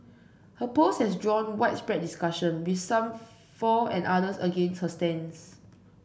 her post has drawn widespread discussion with some for and others against her stance